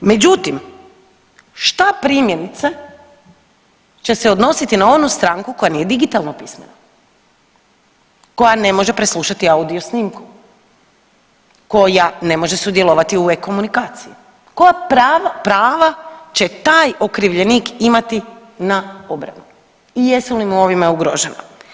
Međutim, šta primjerice će se odnositi na onu stranku koja nije digitalno pismena, koja ne može preslušati audio snimku, koja ne može sudjelovati u e-Komunikaciji koja prava će taj okrivljenik imati na obrani i jesu li mu ovime ugrožena?